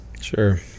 Sure